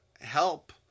Help